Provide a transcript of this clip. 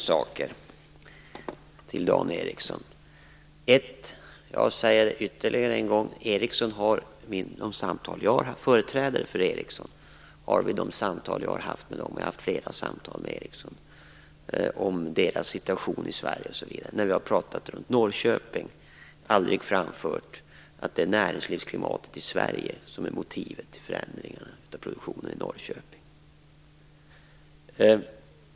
Fru talman! Jag säger ytterligare en gång: Företrädarna för Ericsson har vid de samtal om deras situation i Sverige och situationen i Norrköping som jag har haft med dem - och jag har haft flera - aldrig framfört att det är näringslivsklimatet i Sverige som är motivet till förändringarna av produktionen i Norrköping.